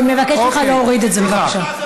אני מבקשת ממך להוריד את זה, בבקשה.